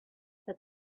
for